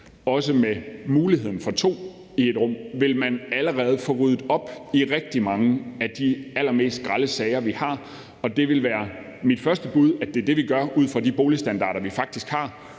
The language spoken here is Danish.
også med muligheden for to pr. rum, vil man allerede få ryddet op i rigtig mange af de allermest grelle sager, vi har. Det vil være mit første bud, at det er det, vi gør, ud fra de boligstandarder, vi faktisk har,